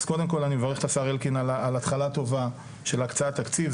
אז אני מברך את השר אלקין על התחלה טובה של הקצאת תקציב,